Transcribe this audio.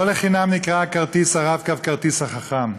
לא לחינם נקרא כרטיס ה"רב-קו" כרטיס חכם.